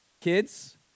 kids